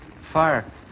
Fire